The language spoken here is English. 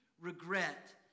regret